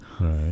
Right